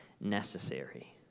necessary